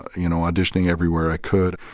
you know, auditioning everywhere i could,